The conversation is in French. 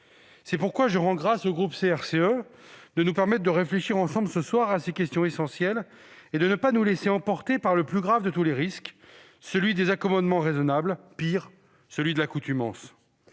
C'est pourquoi je rends grâce au groupe CRCE de nous permettre de réfléchir ensemble ce soir à ces questions essentielles et de ne pas nous laisser emporter par le plus grave de tous les risques, celui des accommodements raisonnables, pis, celui de l'accoutumance.